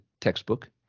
textbook